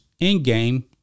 Endgame